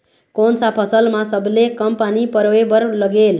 कोन सा फसल मा सबले कम पानी परोए बर लगेल?